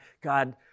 God